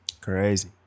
crazy